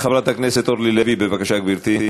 חברת הכנסת אורלי לוי, בבקשה, גברתי.